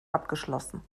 abgeschlossen